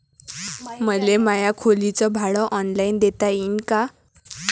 मले माया खोलीच भाड ऑनलाईन देता येईन का?